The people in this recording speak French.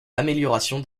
l’amélioration